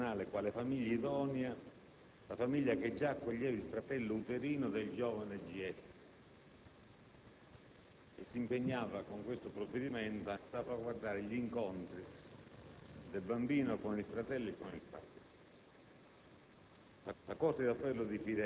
indicava, quale famiglia idonea, quella che già accoglieva il fratello uterino del giovane G. S. e si impegnava, con questo provvedimento, a salvaguardare gli incontri del bambino con il fratello e con il padre.